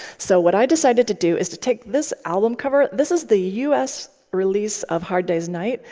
so what i decided to do is to take this album cover. this is the us release of hard day's night.